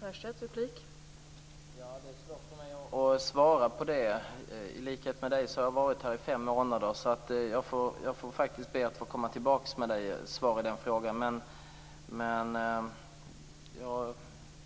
Fru talman! Det är svårt för mig att svara på detta. I likhet med Lars Gustafsson har jag varit här i fem månader. Jag måste faktiskt be om att få komma tillbaka med svar i den frågan.